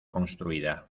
construida